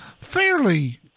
fairly